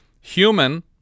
Human